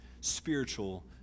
spiritual